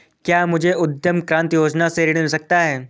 क्या मुझे उद्यम क्रांति योजना से ऋण मिल सकता है?